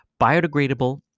biodegradable